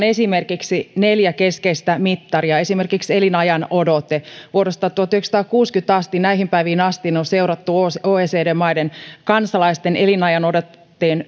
esimerkiksi neljästä keskeisestä mittarista elinajanodotteen vuodesta tuhatyhdeksänsataakuusikymmentä näihin päiviin asti on seurattu oecd maiden kansalaisten elinajanodotteen